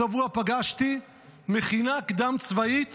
השבוע פגשתי מכינה קדם-צבאית